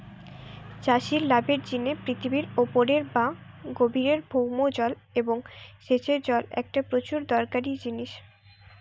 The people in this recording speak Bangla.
চাষির লাভের জিনে পৃথিবীর উপরের বা গভীরের ভৌম জল এবং সেচের জল একটা প্রচুর দরকারি জিনিস